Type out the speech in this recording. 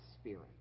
Spirit